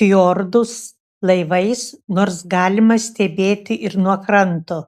fjordus laivais nors galima stebėti ir nuo kranto